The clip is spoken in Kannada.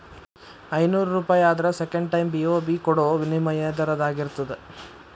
ಐನೂರೂಪಾಯಿ ಆದ್ರ ಸೆಕೆಂಡ್ ಟೈಮ್.ಬಿ.ಒ.ಬಿ ಕೊಡೋ ವಿನಿಮಯ ದರದಾಗಿರ್ತದ